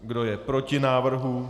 Kdo je proti návrhu?